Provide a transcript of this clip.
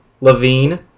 Levine